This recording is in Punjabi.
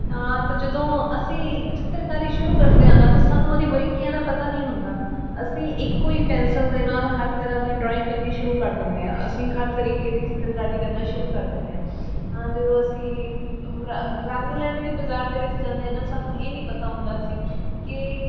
ਹਾਂ ਅਤੇ ਜਦੋਂ ਅਸੀਂ ਚਿੱਤਰਕਾਰੀ ਸ਼ੁਰੂ ਕਰਦੇ ਹਾਂ ਨਾ ਤਾਂ ਸਾਨੂੰ ਉਹਦੀ ਬਰੀਕੀਆਂ ਦਾ ਪਤਾ ਨਹੀਂ ਹੁੰਦਾ ਅਸੀਂ ਇੱਕੋ ਹੀ ਪੈਂਸਲ ਦੇ ਨਾਲ ਹਰ ਤਰ੍ਹਾਂ ਦੀ ਡਰੋਇੰਗ ਕਰਨੀ ਸ਼ੁਰੂ ਕਰ ਦਿੰਦੇ ਹਾਂ ਅਸੀਂ ਹਰ ਤਰੀਕੇ ਦੀ ਚਿੱਤਰਕਾਰੀ ਕਰਨਾ ਸ਼ੁਰੂ ਕਰ ਦਿੰਦੇ ਹਾਂ ਹਾਂ ਜਦੋਂ ਅਸੀਂ ਰ ਰੰਗ ਲੈਣ ਵੀ ਬਾਜ਼ਾਰ ਦੇ ਵਿੱਚ ਜਾਂਦੇ ਹਾਂ ਨਾ ਸਾਨੂੰ ਇਹ ਨਹੀਂ ਪਤਾ ਹੁੰਦਾ ਸੀ ਕਿ